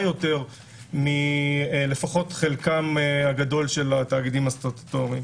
יותר מלפחות חלקם הגדול של התאגידים הסטטוטוריים.